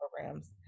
programs